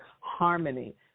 harmony